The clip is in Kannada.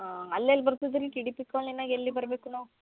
ಹಾಂ ಅಲ್ಲೆಲ್ಲಿ ಬರ್ತದ ರೀ ಟಿ ಡಿ ಪಿ ಕಾಲ್ನಿನಾಗ ಎಲ್ಲಿ ಬರಬೇಕು ನಾವು